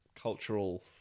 cultural